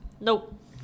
nope